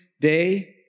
day